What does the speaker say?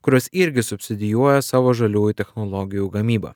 kurios irgi subsidijuoja savo žaliųjų technologijų gamybą